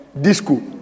disco